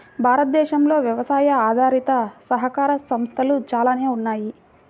భారతదేశంలో వ్యవసాయ ఆధారిత సహకార సంస్థలు చాలానే ఉన్నాయి